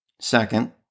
Second